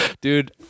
Dude